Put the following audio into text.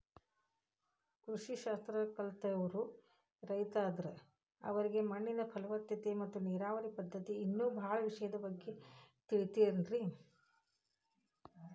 ಕೃಷಿ ಶಾಸ್ತ್ರ ಕಲ್ತವ್ರು ರೈತರಾದ್ರ ಅವರಿಗೆ ಮಣ್ಣಿನ ಫಲವತ್ತತೆ ಮತ್ತ ನೇರಾವರಿ ಪದ್ಧತಿ ಇನ್ನೂ ಬಾಳ ವಿಷಯದ ಬಗ್ಗೆ ತಿಳದಿರ್ತೇತಿ